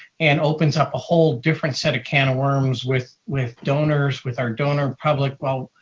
and opens up a whole different set of can of worms with with donors, with our donor-public. well,